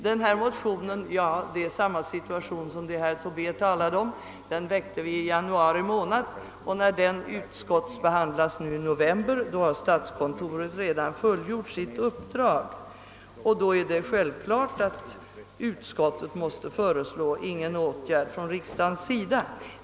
Det är här samma situation som herr Tobé talade om. Vi väckte motionen i januari, och när den utskottsbehandlades i november hade statskontoret redan fullgjort sitt uppdrag. Då är det självklart att utskottet måste föreslå att riksdagen inte vidtar någon åtgärd.